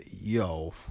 yo